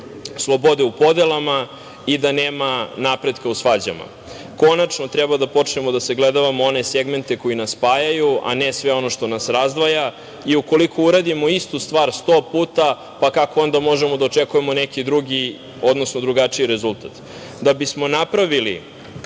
slobode u podelama i da nema napretka u svađama. Konačno treba da počnemo da sagledavamo one segmente koji nas spajaju, a ne sve ono što nas razdvaja. Ukoliko uradimo istu stvar sto puta, kako onda možemo da očekujemo neki drugi, odnosno drugačiji rezultat. Da bi smo napravili